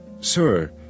Sir